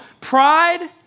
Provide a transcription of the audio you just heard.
pride